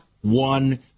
one